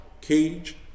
cage